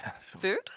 Food